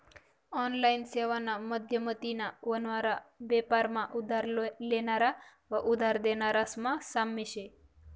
online सेवाना माध्यमतीन व्हनारा बेपार मा उधार लेनारा व उधार देनारास मा साम्य शे